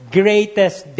greatest